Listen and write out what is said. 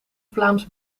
vlaams